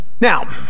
Now